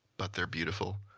but they're beautiful.